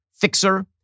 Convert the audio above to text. fixer